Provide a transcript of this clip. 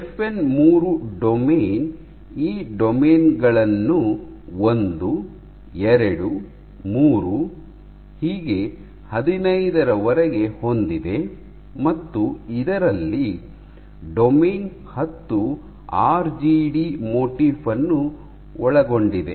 FN 3 domain ಈ domain ಗಳನ್ನು ಒಂದು ಎರಡು ಮೂರು ಹದಿನೈದರವರೆಗೆ ಹೊಂದಿದೆ ಮತ್ತು ಇದರಲ್ಲಿ ಡೊಮೇನ್ ಹತ್ತು ಆರ್ಜಿಡಿ ಮೋಟಿಫ್ ಅನ್ನು ಒಳಗೊಂಡಿದೆ